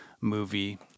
movie